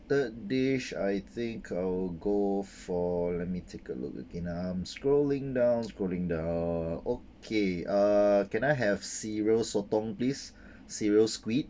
third dish I think I'll go for let me take a look again ah scrolling down scolding down okay uh can I have cereal sotong please cereal squid